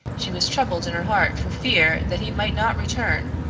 she was troubled in her heart for fear that he might not return,